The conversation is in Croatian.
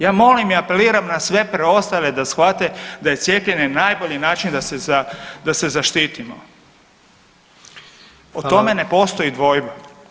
Ja molim i apeliram na sve preostale da shvate da je cijepljenje najbolji način da se zaštitimo [[Upadica: Hvala.]] O tome ne postoji dvojba.